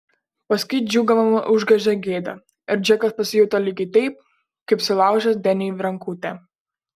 paskui džiūgavimą užgožė gėda ir džekas pasijuto lygiai taip kaip sulaužęs deniui rankutę